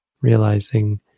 realizing